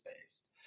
based